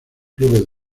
clubes